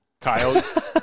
kyle